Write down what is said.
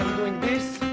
doing this.